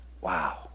Wow